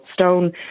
stone